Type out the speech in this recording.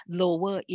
lower